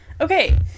Okay